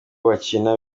bakina